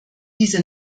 diese